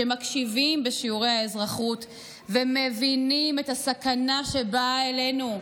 שמקשיבים בשיעורי האזרחות ומבינים את הסכנה שבאה עלינו,